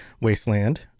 wasteland